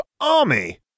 army